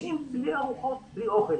החינוך.